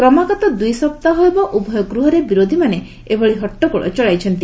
କ୍ରଗାତମ ଦୁଇ ସପ୍ତାହ ହେବ ଉଭୟ ଗୃହରେ ବିରୋଧିମାନେ ଏଭଳି ହଟ୍ଟଗୋଳ ଚଳାଇଛନ୍ତି